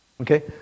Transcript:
Okay